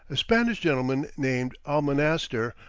a spanish gentleman named almonaster,